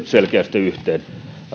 selkeästi yhteen